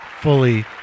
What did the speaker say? fully